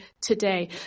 today